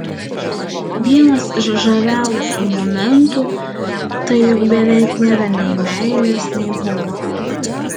vienas iš žaviausių momentų tai jog beveik nėra nei meilės nei humoro